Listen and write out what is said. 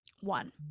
one